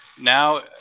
now